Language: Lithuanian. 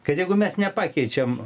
kad jeigu mes nepakeičiam